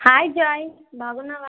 hi Joy బాగున్నావా